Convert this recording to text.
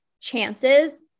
chances